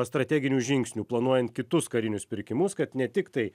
strateginių žingsnių planuojant kitus karinius pirkimus kad ne tiktai